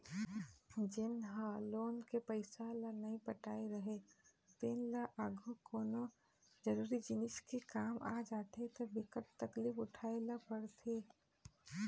जेन ह लोन के पइसा ल नइ पटाए राहय तेन ल आघु कोनो जरुरी जिनिस के काम आ जाथे त बिकट तकलीफ उठाए ल परथे